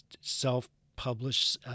self-published